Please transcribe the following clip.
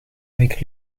avec